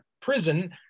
prison